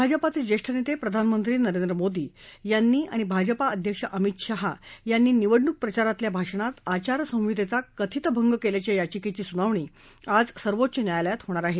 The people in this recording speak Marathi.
भाजपाचे ज्येष्ठ नेते प्रधानमंत्री नरेंद्र मोदी यांनी आणि भाजपा अध्यक्ष अमित शाह यांनी निवडणूक प्रचारातल्या भाषणात आचारसंहितेचा कथित भंग केल्याच्या याचिकेची सुनावणी आज सर्वोच्च न्यायालयात होणार आहे